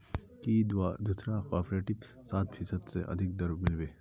की दूसरा कॉपरेटिवत सात फीसद स अधिक दर मिल बे